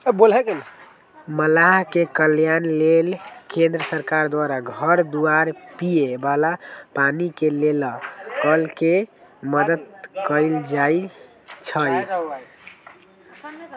मलाह के कल्याण लेल केंद्र सरकार द्वारा घर दुआर, पिए बला पानी के लेल कल के मदद कएल जाइ छइ